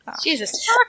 Jesus